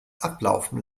ablaufen